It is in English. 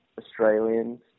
Australians